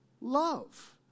love